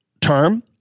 term